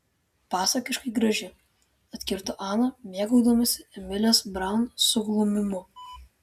pasakiškai graži atkirto ana mėgaudamasi emilės braun suglumimu